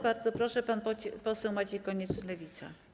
Bardzo proszę, pan poseł Maciej Konieczny, Lewica.